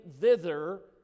thither